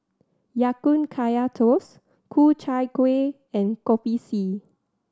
Ya Kun Kaya Toast Ku Chai Kuih and Kopi C